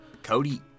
Cody